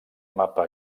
mapa